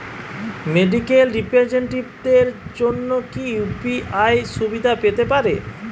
Medical রিপ্রেজন্টেটিভদের জন্য কি ইউ.পি.আই সুবিধা পেতে পারে?